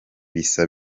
bisa